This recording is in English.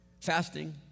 Fasting